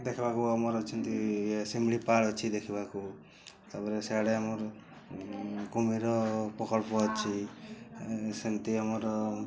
ଦେଖିବାକୁ ଆମର ଅଛନ୍ତି ଇଏ ଶିମିଳିପାଳ ଅଛି ଦେଖିବାକୁ ତା'ପରେ ସିଆଡ଼େ ଆମର କୁମ୍ଭୀର ପ୍ରକଳ୍ପ ଅଛି ସେମତି ଆମର